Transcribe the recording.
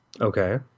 Okay